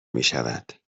میشود